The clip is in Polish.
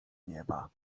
nieba